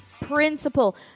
principle